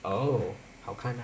oh 好看 meh